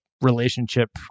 relationship